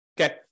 Okay